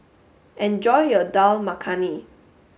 enjoy your Dal Makhani